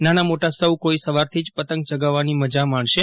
નાના મોટા સો કોઈ સવારથી જ પતંગ ચગાવવાની મજા માણશે